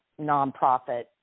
nonprofit